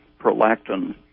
prolactin